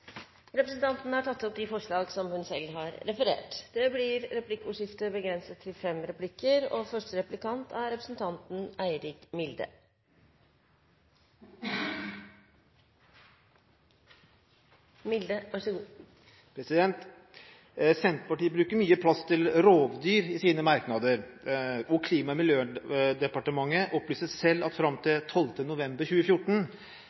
Representanten Marit Arnstad har tatt opp de forslagene hun refererte til. Det blir replikkordskifte. Senterpartiet bruker mye plass til rovdyr i sine merknader, og Klima- og miljødepartementet opplyser selv at det fram til 12. november 2014